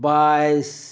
बाइस